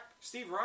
Steve